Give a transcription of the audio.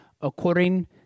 according